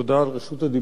תודה על רשות הדיבור,